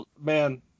man